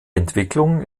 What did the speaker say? entwicklung